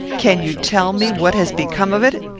can you tell me what has become of it?